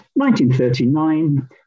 1939